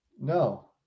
No